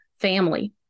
family